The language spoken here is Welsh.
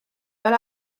fel